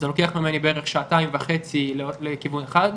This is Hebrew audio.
זה לוקח ממני בערך שעתיים וחצי לכיוון אחד,